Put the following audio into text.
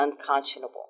unconscionable